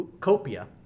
Copia